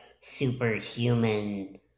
superhuman